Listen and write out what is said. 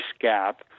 gap